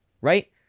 right